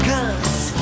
Cause